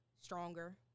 stronger